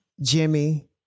Jimmy